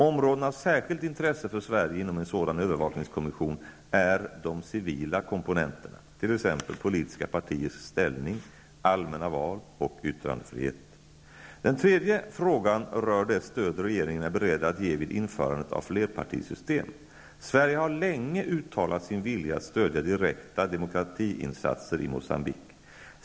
Områden av särskilt intresse för Sverige inom en sådan övervakningskommission är de civila komponenterna, t.ex. politiska partiers ställning, allmänna val och yttrandefrihet. Den tredje frågan rör det stöd regeringen är beredd att ge vid införandet av flerpartisystem. Sverige har länge uttalat sin vilja att stödja direkta demokratiinsatser i Moçambique.